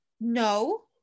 No